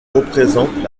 représentent